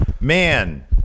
Man